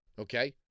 okay